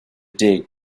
dig